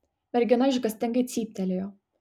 mergina išgąstingai cyptelėjo